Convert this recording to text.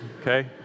okay